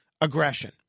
aggression